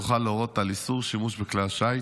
יוכלו להורות על איסור שימוש בכלי השיט,